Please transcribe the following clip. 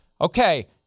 okay